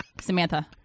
Samantha